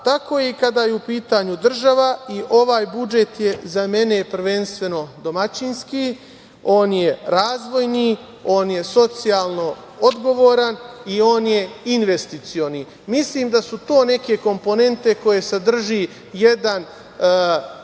Tako je i kada je u pitanju država, i ovaj budžet je za mene prvenstveno domaćinski, on je razvojni, on je socijalno odgovoran i on je investicioni. Mislim da su to neke komponente koje sadrže jedan dobar